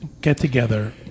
get-together